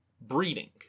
breeding